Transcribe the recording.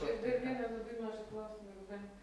ir dar vieną labai noriu klausimą užduoti